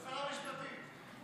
שר המשפטים,